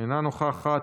אינה נוכחת,